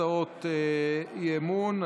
הצעות אי-אמון.